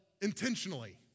intentionally